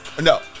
No